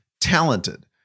talented